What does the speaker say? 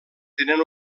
tenen